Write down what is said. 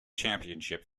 championship